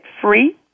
free